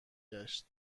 گشت